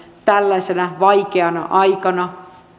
tällaisena vaikeana aikana